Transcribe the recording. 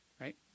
right